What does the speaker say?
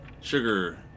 Sugar